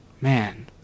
man